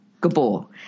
Gabor